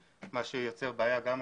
מה שיוצר בעיה גם אזרחית,